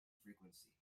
frequency